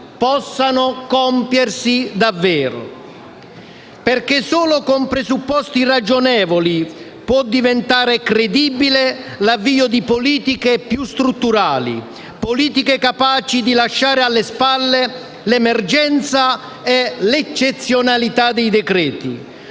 possano compiersi davvero. Perché solo con presupposti ragionevoli può diventare credibile l'avvio di politiche più strutturali, politiche capaci di lasciare alle spalle l'emergenza e l'eccezionalità dei decreti,